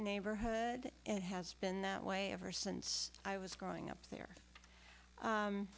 neighborhood it has been that way ever since i was growing up there